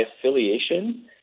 affiliation